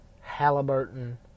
Halliburton